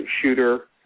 shooter